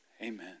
amen